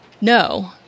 No